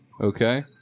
Okay